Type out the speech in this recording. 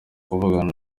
kuvugana